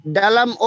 dalam